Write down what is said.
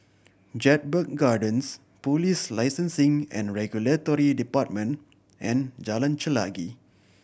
Jedburgh Gardens Police Licensing and Regulatory Department and Jalan Chelagi